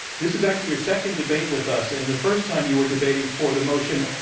this is actually your second debate with us. and the first time you were debating for the motion,